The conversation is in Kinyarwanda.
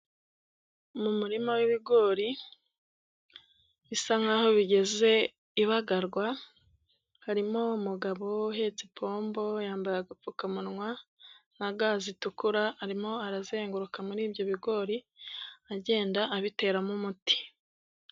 Mu murima w'ibigori, bisa nkaho bigeze ibagarwa, harimo umugabo uhetse ipombo, yambaye agapfukamunwa na ga zitukura, arimo arazenguruka muri ibyo bigori, agenda abiteramo umuti.